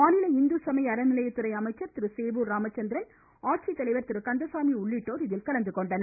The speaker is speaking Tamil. மாநில இந்துசமய அறநிலையத்துறை அமைச்சர் திரு சேவூர் ராமச்சந்திரன் ஆட்சித்தலைவர் திரு கந்தசாமி உள்ளிட்டோர் இதில் கலந்துகொண்டனர்